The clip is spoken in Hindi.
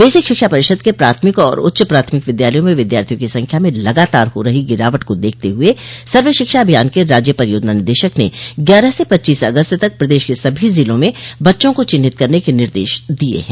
बेसिक शिक्षा परिषद के प्राथमिक और उच्च प्राथमिक विद्यालयों में विद्यार्थियों की संख्या में लगातार हो रही गिरावट को देखते हुए सर्व शिक्षा अभियान के राज्य परियोजना निदेशक ने ग्यारह से पच्चीस अगस्त तक प्रदेश के सभी जिलों में बच्चों को चिन्हित करने के निर्देश दिये हैं